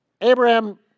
Abraham